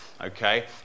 okay